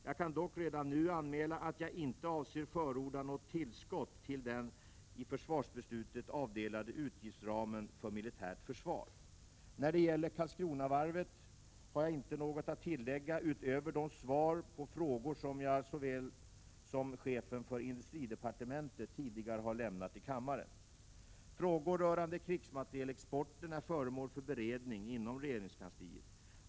Jag kan dock redan nu anmäla att jag inte avser förorda något tillskott till den i försvarsbeslutet avdelade utgiftsramen för militärt försvar. När det gäller Karlskronavarvet har jag inte något att tillägga utöver de svar på frågor som jag såväl som chefen för industridepartementet tidigare har lämnat i kammaren. Frågor rörande krigsmaterielexporten är föremål för beredning inom regeringskansliet.